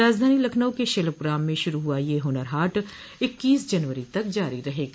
राजधानी लखनऊ के शिल्पग्राम में शुरू हुआ यह हुनर हाट इक्कीस जनवरी तक जारी रहेगा